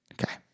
Okay